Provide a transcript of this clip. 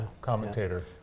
commentator